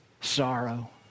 sorrow